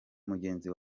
mugenzi